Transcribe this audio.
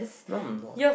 no I'm not